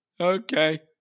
Okay